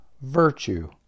virtue